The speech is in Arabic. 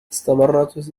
استمرت